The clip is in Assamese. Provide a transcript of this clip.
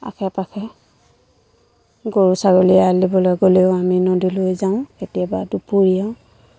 আশে পাশে গৰু ছাগলী এৰাল দিবলৈ গ'লেও আমি নদীলৈ যাওঁ কেতিয়াবা দুপৰীয়া